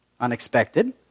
unexpected